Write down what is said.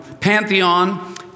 pantheon